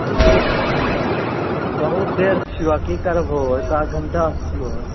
की कहैत छहो बहुत देर से छिऔ की करबहो एक आध घंटा छिऔ